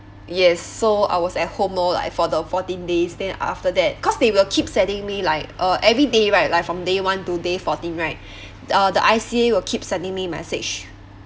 yes so I was at home lor like for the fourteen days then after that cause they will keep sending me like uh everyday right like from day one to day fourteen right uh the I_C_A will keep sending me message